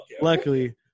Luckily